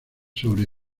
sobre